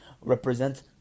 represents